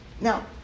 Now